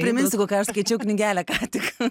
priminsiu kokią aš skaičiau knygelę ką tik